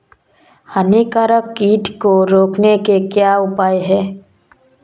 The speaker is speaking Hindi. हानिकारक कीट को रोकने के क्या उपाय हैं?